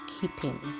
keeping